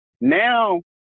Now